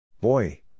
Boy